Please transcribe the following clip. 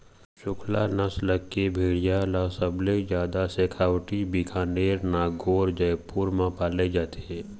चोकला नसल के भेड़िया ल सबले जादा सेखावाटी, बीकानेर, नागौर, जयपुर म पाले जाथे